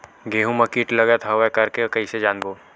गेहूं म कीट लगत हवय करके कइसे जानबो?